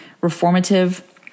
reformative